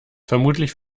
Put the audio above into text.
vermutlich